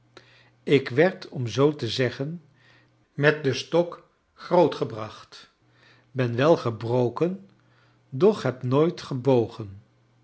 ik werd om zoo te zeggen met den stok grootgebracht ben wel gebroken doch heb nooit gebogen